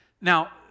Now